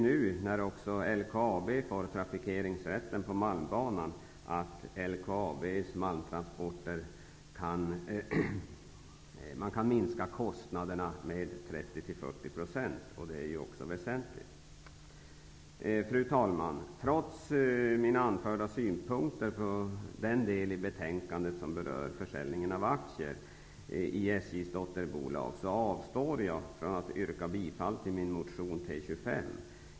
När nu LKAB får trafikeringsrätten på Malmbanan, kan kostnaderna för LKAB:s malmtransporter minskas med 30--40 %, vilket också är väsentligt. Fru talman! Trots mina anförda synpunkter på den del i betänkandet som berör försäljning av aktier i SJ:s dotterbolag, avstår jag ifrån att yrka bifall till min motion T25.